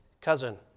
cousin